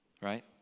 right